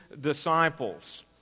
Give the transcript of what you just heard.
disciples